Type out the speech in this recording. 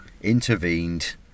intervened